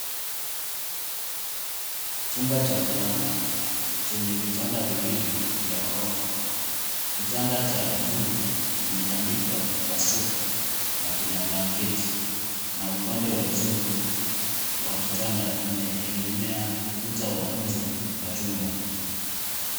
Chumba cha kulala chenye vitanda viwili vya ghorofa. Kitanda cha juu kimetandikwa kwa shuka na kina blanketi. Na upande wa juu wa kitanda umeegemea ukuta wa nje wa chumba.